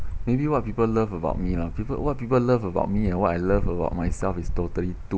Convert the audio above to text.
maybe what people love about me lah people what people love about me and what I love about myself is totally two